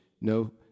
no